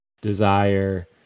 desire